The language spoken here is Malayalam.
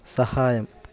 സഹായം